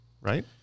right